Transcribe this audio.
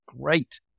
great